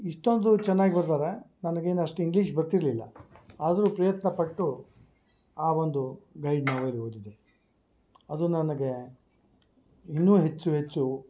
ಇಷ್ಟೊಂದು ಚೆನ್ನಾಗಿ ಬರ್ದಾರ ನನ್ಗೇನು ಅಷ್ಟು ಇಂಗ್ಲೀಷ್ ಬರ್ತಿರ್ಲಿಲ್ಲ ಆದ್ರು ಪ್ರಯತ್ನ ಪಟ್ಟು ಆ ಒಂದು ಗೈಡ್ ನಾವೆಲ್ ಓದಿದೆ ಅದು ನನಗೆ ಇನ್ನು ಹೆಚ್ಚು ಹೆಚ್ಚು